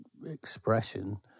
Expression